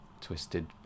twisted